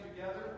together